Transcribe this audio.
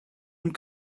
und